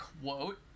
quote